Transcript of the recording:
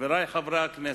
חברי חברי הכנסת,